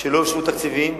שלא אושרו בהם תקציבים.